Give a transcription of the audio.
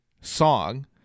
song